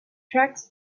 tracks